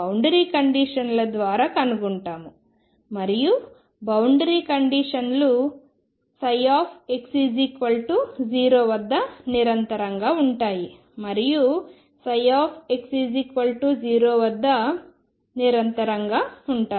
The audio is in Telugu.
బౌండరి కండిషన్ ల ద్వారా కనుక్కుంటాను మరియు బౌండరి కండిషన్లు x0 వద్ద నిరంతరంగా ఉంటాయి మరియు x0 వద్ద నిరంతరంగా ఉంటాయి